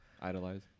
Idolize